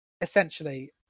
essentially